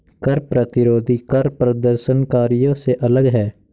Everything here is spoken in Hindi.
कर प्रतिरोधी कर प्रदर्शनकारियों से अलग हैं